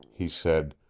he said.